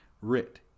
Writ